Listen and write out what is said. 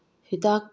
ꯍꯤꯗꯥꯛ